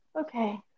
Okay